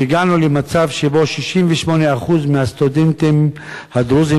והגענו למצב שבו 68% מהסטודנטים הדרוזים